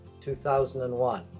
2001